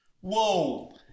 Whoa